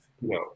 No